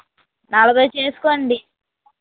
నలభై చేసుకోండి